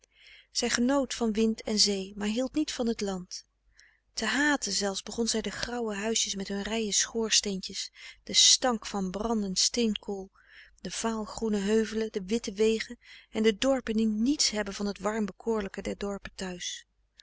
zij genoot van wind en zee maar hield niet van t land te haten zelfs begon zij de grauwe huisjes met hun rijen schoorsteentjes den stank van brandend steenkool de vaalgroene heuvelen de witte wegen en de dorpen die niets hebben van het warm bekoorlijke der dorpen thuis